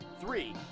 three